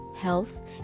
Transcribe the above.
Health